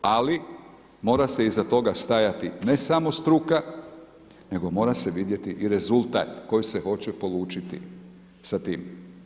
Ali mora se iza toga stajati ne samo struka, nego mora se vidjeti i rezultat koji se hoće polučiti sa tim.